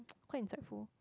quite insightful